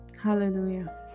Hallelujah